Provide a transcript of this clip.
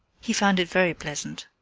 he found it very pleasant.